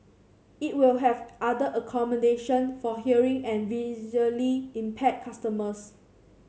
it will have other accommodation for hearing and visually impaired customers